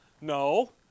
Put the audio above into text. No